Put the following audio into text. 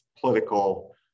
political